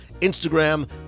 Instagram